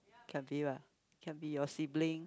can be [what] can be your sibling